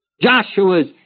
Joshua's